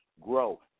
grow